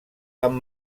amb